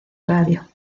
radio